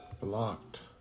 Blocked